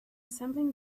assembling